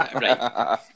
right